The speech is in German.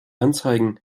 anzeigen